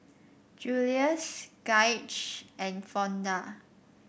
Julius Gaige and Fonda